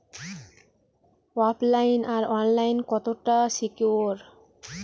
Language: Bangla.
ওফ লাইন আর অনলাইন কতটা সিকিউর?